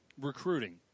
recruiting